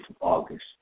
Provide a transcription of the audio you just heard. August